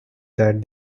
that